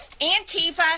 Antifa